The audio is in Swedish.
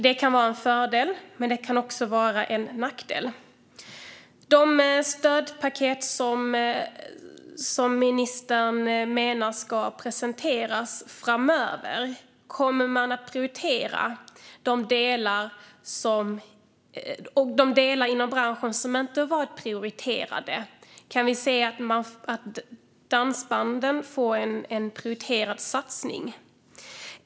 Det kan vara en fördel, men det kan också vara en nackdel. I fråga om de stödpaket som ministern menar ska presenteras framöver, kommer man att prioritera de områden inom branschen som inte har varit prioriterade? Kan vi se att dansbanden får en prioriterad satsning?